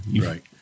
Right